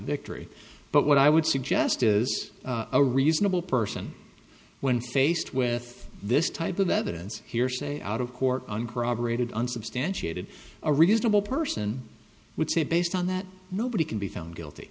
victory but what i would suggest is a reasonable person when faced with this type of evidence hearsay out of court uncorroborated unsubstantiated a reasonable person would say based on that nobody can be found guilty